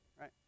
right